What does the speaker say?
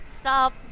Sup